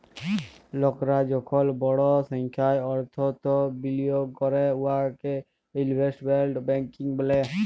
লকরা যখল বড় সংখ্যায় অথ্থ বিলিয়গ ক্যরে উয়াকে ইলভেস্টমেল্ট ব্যাংকিং ব্যলে